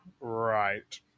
Right